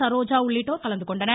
சரோஜா உள்ளிட்டோர் கலந்துகொண்டனர்